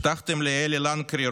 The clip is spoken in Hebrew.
הבטחתם לאלי לנקרי,